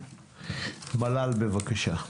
מל"ל בבקשה.